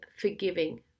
forgiving